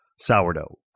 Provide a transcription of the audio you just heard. Sourdough